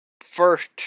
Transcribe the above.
first